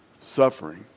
suffering